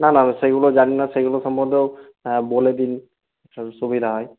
না না সেইগুলো জানি না সেইগুলো সম্বন্ধেও বলে দিন সুবিধা হয়